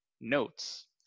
Notes